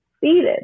seated